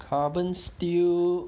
carbon steel